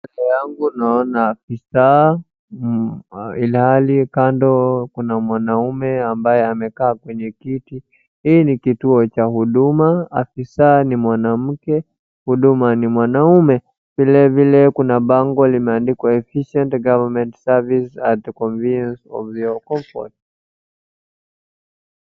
Mbele yangu naona ofisa ilhali kando kuna mwanaume ambaye amekaa kwenye kiti. Hii ni kituo cha huduma ,ofisa ni mwanamke huduma ni mwanaume vile vile kuna bango limeandikwa efficient goverment service and convinience at your comfort .